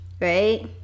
right